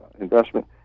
investment